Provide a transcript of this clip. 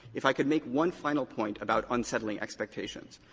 if i could make one final point about unsettling expectations.